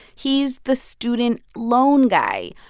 he's the student loan guy.